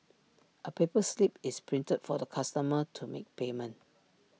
A paper slip is printed for the customer to make payment